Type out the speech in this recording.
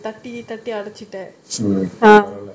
okay so anyway what was I saying